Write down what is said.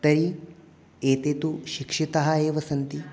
तैः एते तु शिक्षिताः एव सन्ति